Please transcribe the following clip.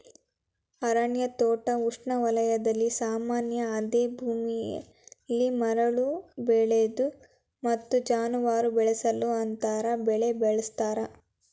ಅರಣ್ಯ ತೋಟ ಉಷ್ಣವಲಯದಲ್ಲಿ ಸಾಮಾನ್ಯ ಅದೇ ಭೂಮಿಲಿ ಮರಗಳು ಬೆಳೆಗಳು ಮತ್ತು ಜಾನುವಾರು ಬೆಳೆಸಲು ಅಂತರ ಬೆಳೆ ಬಳಸ್ತರೆ